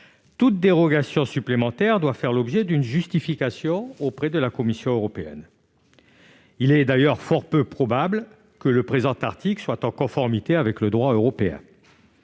Toute dérogation supplémentaire doit faire l'objet d'une justification auprès de la Commission européenne. Il est du reste fort peu probable que le présent article soit en conformité avec le droit européen.